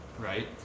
right